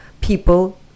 people